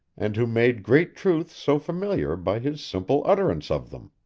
and who made great truths so familiar by his simple utterance of them.